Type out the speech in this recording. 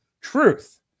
Truth